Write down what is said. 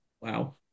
Wow